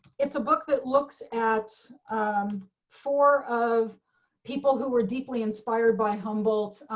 it's a book that looks at for of people who were deeply inspired by humbled,